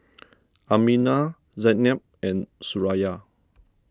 Aminah Zaynab and Suraya